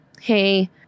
hey